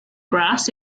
grass